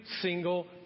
single